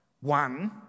one